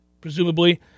presumably